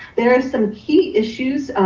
there are some key issues,